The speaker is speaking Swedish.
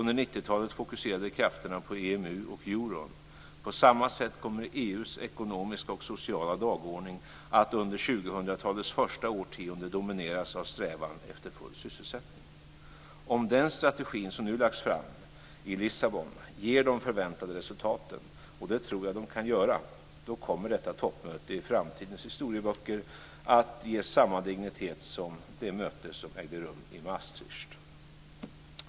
Under 90 talet fokuserades krafterna på EMU och euron.